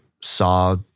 saw